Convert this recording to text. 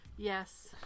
Yes